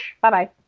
bye-bye